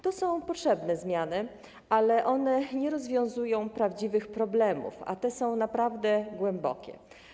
To są potrzebne zmiany, ale one nie rozwiązują prawdziwych problemów, a te są naprawdę głębokie.